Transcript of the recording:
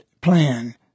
plan